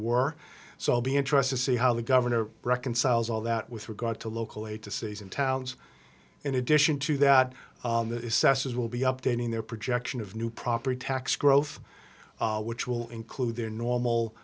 were so i'll be interested to see how the governor reconciles all that with regard to local aid to cities and towns in addition to that assessors will be updating their projection of new property tax growth which will include their normal